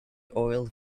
oil